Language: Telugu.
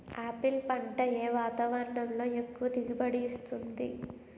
ఆపిల్ పంట ఏ వాతావరణంలో ఎక్కువ దిగుబడి ఇస్తుంది?